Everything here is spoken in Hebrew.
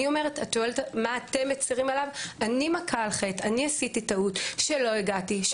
אני מכה על חטא, אני עשיתי טעות שלא הגעתי.